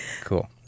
cool